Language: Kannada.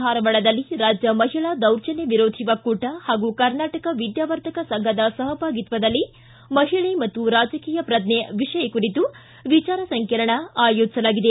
ಧಾರವಾಡದಲ್ಲಿ ರಾಜ್ಯ ಮಹಿಳಾ ದೌರ್ಜನ್ಯ ವಿರೋಧಿ ಒಕ್ಕೂಟ ಹಾಗೂ ಕರ್ನಾಟಕ ವಿದ್ಯಾವರ್ಧಕ ಸಂಘದ ಸಹಭಾಗಿತ್ವದಲ್ಲಿ ಮಹಿಳೆ ಮತ್ತು ರಾಜಕೀಯ ಪ್ರಜ್ಞೆ ವಿಷಯ ಕುರಿತು ವಿಚಾರ ಸಂಕಿರಣ ಆಯೋಜಿಸಲಾಗಿದೆ